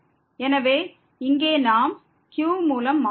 எனவே இங்கே நாம் q மூலம் மாற்றீடு